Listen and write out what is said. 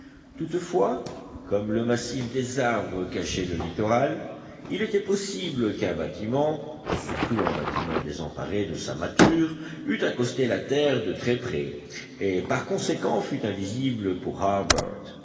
toutefois comme le massif des arbres cachait le littoral il était possible qu'un bâtiment surtout un bâtiment désemparé de sa mâture eût accosté la terre de très près et par conséquent fût invisible pour